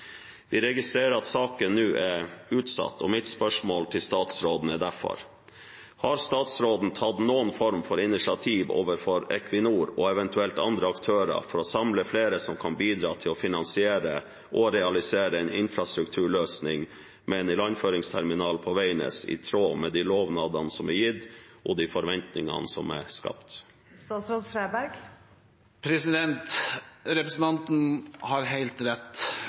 Vi registrerer at saken nå er utsatt, og mitt spørsmål til statsråden er derfor: Har statsråden tatt noen form for initiativ overfor Equinor og eventuelt andre aktører for å samle flere som kan bidra til å finansiere og realisere en infrastrukturløsning med en ilandføringsterminal på Veidnes, i tråd med lovnadene som er gitt, og de forventningene som er skapt? Representanten Sjåstad har helt rett,